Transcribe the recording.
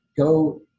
go